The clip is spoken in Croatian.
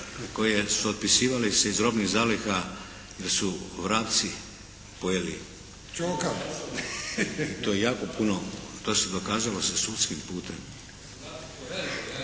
koji su otpisivali se iz robnih zaliha jer su vrapci pojeli i to jako puno, to se dokazalo sa sudskim putem. …/Upadica